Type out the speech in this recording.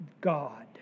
God